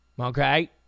okay